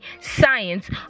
science